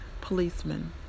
policemen